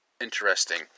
interesting